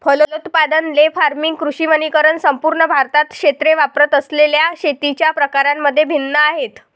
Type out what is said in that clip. फलोत्पादन, ley farming, कृषी वनीकरण संपूर्ण भारतात क्षेत्रे वापरत असलेल्या शेतीच्या प्रकारांमध्ये भिन्न आहेत